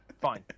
Fine